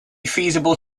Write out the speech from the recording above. feasible